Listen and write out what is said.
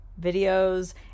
videos